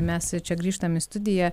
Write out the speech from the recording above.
mes čia grįžtam į studiją